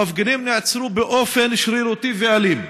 המפגינים נעצרו באופן שרירותי ואלים,